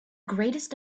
greatest